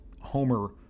homer